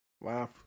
Wow